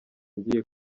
ngiye